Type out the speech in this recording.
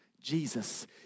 Jesus